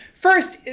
first,